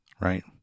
right